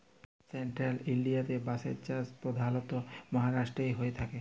central ইলডিয়াতে বাঁশের চাষ পধালত মাহারাষ্ট্রতেই হঁয়ে থ্যাকে